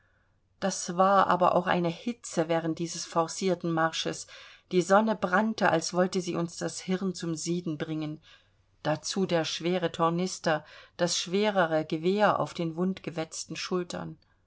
das war aber auch eine hitze während dieses forcierten marsches die sonne brannte als wollte sie uns das hirn zum sieden bringen dazu der schwere tornister das schwerere gewehr auf den wundgewetzten schultern